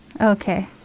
Okay